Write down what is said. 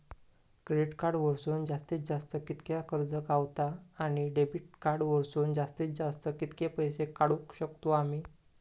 Credit card वरसून जास्तीत जास्त कितक्या कर्ज गावता, आणि डेबिट कार्ड वरसून जास्तीत जास्त कितके पैसे काढुक शकतू आम्ही?